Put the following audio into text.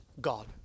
God